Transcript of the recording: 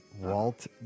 Walt